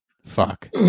fuck